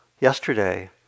yesterday